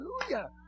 Hallelujah